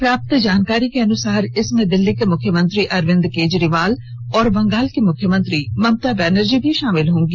प्राप्त जानकारी के अनुसार इसमें दिल्ली के मुख्यमंत्री अरविंद केजरीवाल और बंगाल की मुख्यमंत्री ममता बनर्जी भी शामिल होंगी